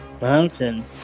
Mountain